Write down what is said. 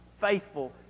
faithful